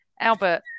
Albert